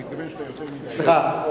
אני חושב שדווקא השר המדובר